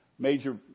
Major